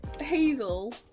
Hazel